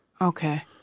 Okay